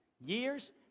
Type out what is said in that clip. years